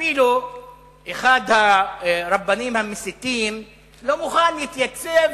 אפילו אחד הרבנים המסיתים לא מוכן להתייצב,